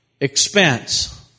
expense